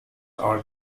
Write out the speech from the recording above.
are